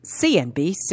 CNBC